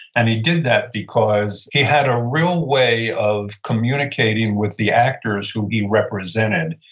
and he did that because he had a real way of communicating with the actors who he represented,